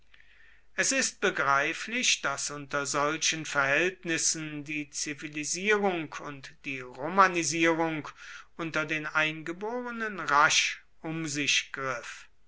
es ist begreiflich daß unter solchen verhältnissen die zivilisierung und die romanisierung unter den eingeborenen rasch um sich griff